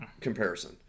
comparison